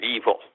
evil